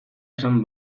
esan